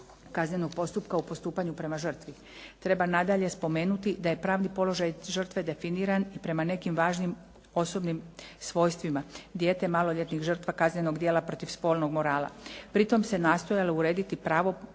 kaznenog postupka u postupanju prema žrtvi. Treba nadalje spomenuti da je pravni položaj žrtve definiran i prema nekim važnim osobnim svojstvima dijete, maloljetnik, žrtva kaznenog djela protiv spolnog morala. Pri tom se nastojalo urediti pravo